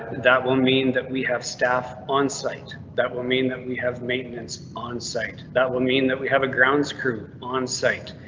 that will mean that we have staff on site. that will mean that we have maintenance on site. that will mean that we have a grounds crew on site.